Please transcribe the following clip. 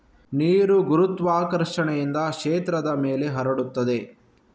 ನೀರು ಗುರುತ್ವಾಕರ್ಷಣೆಯಿಂದ ಕ್ಷೇತ್ರದ ಮೇಲೆ ಹರಡುತ್ತದೆ